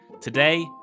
Today